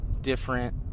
different